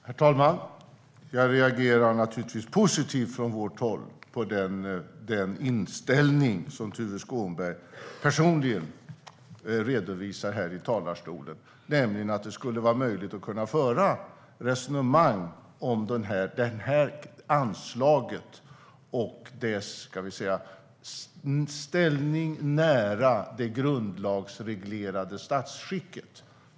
Herr talman! Jag reagerar naturligtvis positivt från vårt håll på den inställning som Tuve Skånberg personligen redovisar här i talarstolen, nämligen att det skulle vara möjligt att föra resonemang om det här anslaget och dess ställning nära det grundlagsreglerade statsskicket.